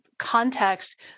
Context